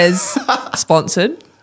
sponsored